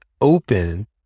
open